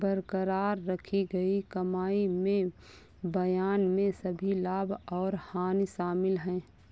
बरकरार रखी गई कमाई में बयान में सभी लाभ और हानि शामिल हैं